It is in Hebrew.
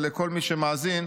ולכל מי שמאזין,